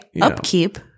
upkeep